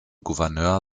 gouverneur